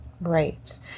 Right